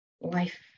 life